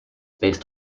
based